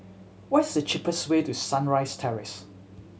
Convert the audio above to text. what's the cheapest way to Sunrise Terrace